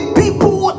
people